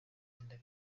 nongeye